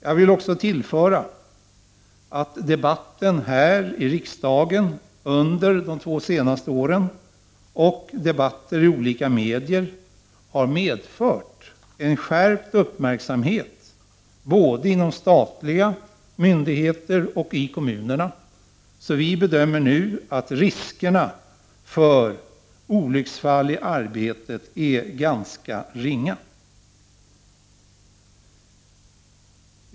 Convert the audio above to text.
Jag vill också tillföra att debatten här i riksdagen under de två senaste åren och debatter i olika medier har medfört en skärpt uppmärksamhet både inom statliga myndigheter och i kommunerna. Så vi bedömer nu att riskerna för olycksfall i arbetet är ganska ringa.